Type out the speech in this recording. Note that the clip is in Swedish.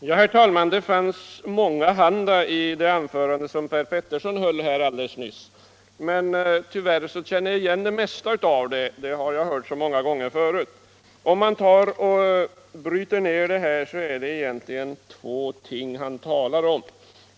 Herr talman! Det fanns mångahanda i det anförande som Per Petersson höll alldeles nyss. Men tyvärr kände jag igen det mesta av det. Jag har hört det så många gånger förut. | Om man bryter ner innehållet är det egentligen tre ting herr Petersson talar om.